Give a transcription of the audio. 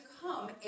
come